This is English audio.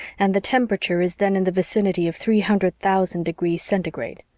and the temperature is then in the vicinity of three hundred thousand degrees centigrade.